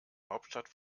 hauptstadt